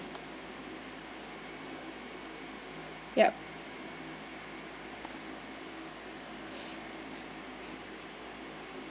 yup